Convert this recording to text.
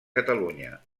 catalunya